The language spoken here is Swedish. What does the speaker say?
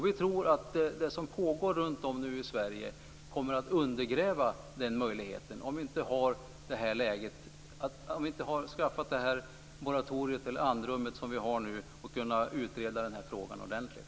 Vi tror att det som pågår runtom i Sverige kommer att undergräva den möjligheten, om vi inte hade skaffat det moratorium eller andrum som vi nu har för att kunna utreda frågan ordentligt.